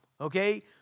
okay